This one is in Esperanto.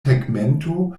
tegmento